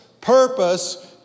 Purpose